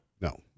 No